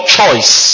choice